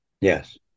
Yes